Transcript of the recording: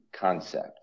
Concept